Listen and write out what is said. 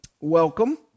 Welcome